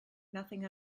nothing